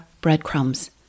breadcrumbs